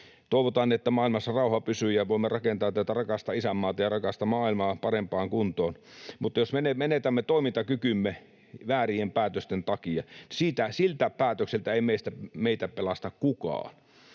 Toivotaan, että maailmassa rauha pysyy ja voimme rakentaa tätä rakasta isänmaata ja rakasta maailmaa parempaan kuntoon. Mutta jos menetämme toimintakykymme väärien päätösten takia, siltä päätökseltä ei meitä pelasta kukaan.